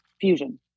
fusion